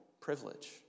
privilege